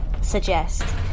suggest